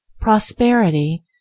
Prosperity